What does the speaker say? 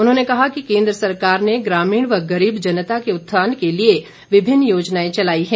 उन्होंने कहा कि केंद्र सरकार ने ग्रामीण व गरीब जनता के उत्थान के लिए विभिन्न योजनाए चलाई हैं